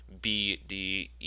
BDE